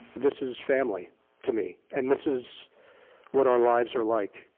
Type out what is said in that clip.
this is family to me, and this is what our lives are like.